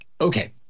Okay